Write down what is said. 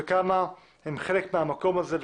וכמה הם חלק מהמקום הזה,